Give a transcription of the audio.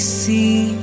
see